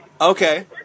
Okay